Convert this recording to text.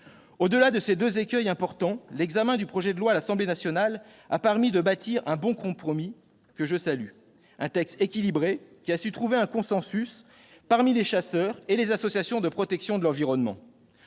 Au-delà de ces deux écueils importants, l'examen du projet de loi à l'Assemblée nationale a permis de bâtir un bon compromis, dont je me félicite. Ce texte équilibré a permis de trouver un consensus entre les chasseurs et les associations de protection de l'environnement.